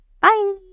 Bye